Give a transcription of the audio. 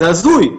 זה הזוי.